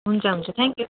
हुन्छ हुन्छ थ्याङ्क्यु